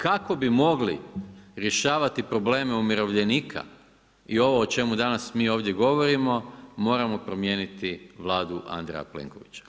Kako bi mogli rješavati probleme umirovljenika i ovo o čemu danas mi ovdje govorimo, moramo promijeniti Vladu Andreja Plenkovića.